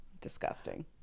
Disgusting